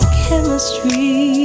chemistry